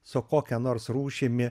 su kokia nors rūšimi